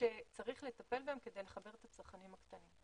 וצריך לטפל בהם כדי לחבר את הצרכנים הקטנים.